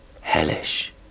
hellish